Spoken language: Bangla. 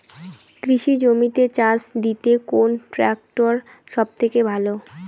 কৃষি জমিতে চাষ দিতে কোন ট্রাক্টর সবথেকে ভালো?